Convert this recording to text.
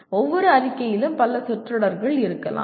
ஒவ்வொரு அறிக்கையிலும் பல சொற்றொடர்கள் இருக்கலாம்